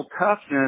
toughness